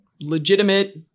legitimate